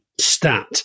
stat